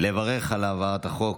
לברך על העברת החוק.